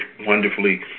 wonderfully